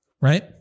Right